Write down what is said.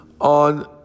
on